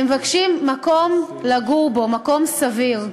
הם מבקשים מקום לגור בו, מקום סביר.